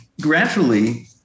gradually